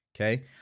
Okay